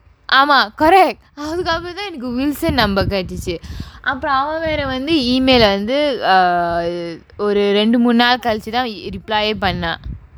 ஆமா:aamaa correct அதுக்கப்புறம் தான் எனக்கு:athukkappuram thaan enakku wilson number கெடச்சிசு அப்புறம் அவன் வேற வந்து:kedachchichu appuram avan vera vanthu email ah வந்து:vanthu err ஒரு ரெண்டு மூணு நாள் கழிச்சு தான்:oru rendu moonu naal kalichu thaan reply யே பண்ணான்:yae pannaan